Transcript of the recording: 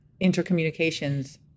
intercommunications